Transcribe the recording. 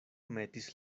metis